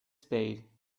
spade